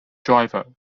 driver